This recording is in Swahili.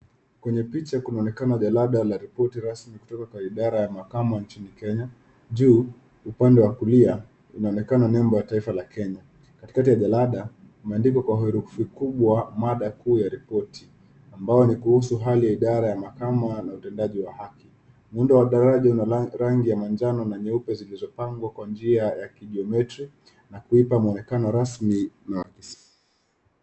Kwenye picha kunaonekana jalada la ripoti rasmi kutoka kwa idara ya mahakamu nchini Kenya. Juu upande wa kulia, inaonekana nembo ya taifa la Kenya. Katikati ya jalada, kumeandikwa kwa herufi kubwa mada kuu ya ripoti, ambayo ni kuhusu hali ya idara ya mahakama na utendaji wa haki. Muundo wa jalada una rangi ya manjano na nyeupe zilizopangwa kwa njia ya kigiometri[cs[ na kuipa muonekano rasmi wa